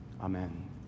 Amen